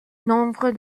nombre